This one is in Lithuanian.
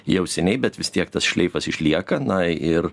jau seniai bet vis tiek tas šleifas išlieka na ir